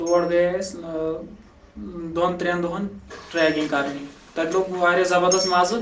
تور گٔیے أسۍ دۄن ترٛیٚن دۄہَن ٹرِیکِنگ کَرنہِ تَتہِ لوٚگ وارِیاہ زَبَردَست مَزٕ